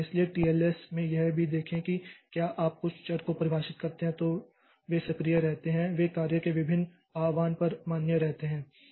इसलिए टीएलएस में यह भी देखें कि क्या आप कुछ चर को परिभाषित करते हैं तो वे सक्रिय रहते हैं वे कार्य के विभिन्न आह्वान पर मान्य रहते हैं